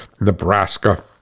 Nebraska